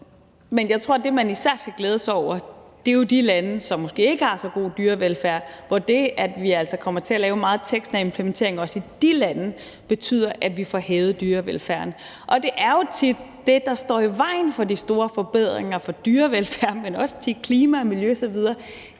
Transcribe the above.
men jeg tror, at det, man især skal glæde sig over, jo vedrører de lande, som måske ikke har så god dyrevelfærd, altså så det, at vi kommer til at lave en meget tekstnær implementering også i de lande, betyder, at vi får hævet dyrevelfærden. Det, der tit står i vejen for de store forbedringer på området for dyrevelfærd, men også for klima, miljø osv.,